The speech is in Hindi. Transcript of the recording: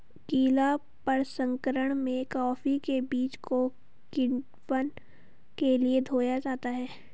गीला प्रसंकरण में कॉफी के बीज को किण्वन के लिए धोया जाता है